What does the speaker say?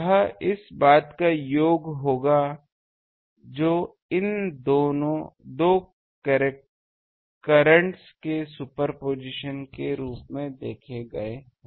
यह इस बात का योग होगा जो इन दो कर्रेंटस के सुपरपोजिशन के रूप में देखे गए